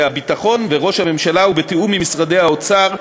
הביטחון וראש הממשלה ובתיאום עם משרדי האוצר,